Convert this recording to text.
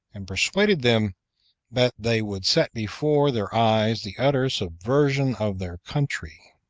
and persuaded them that they would set before their eyes the utter subversion of their country,